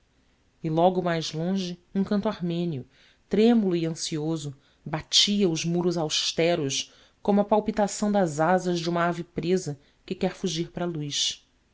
e logo mais longe um canto armênio trêmulo e ansioso batia os muros austeros como a palpitação das asas de uma ave presa que quer fugir para a luz